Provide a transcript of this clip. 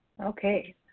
Okay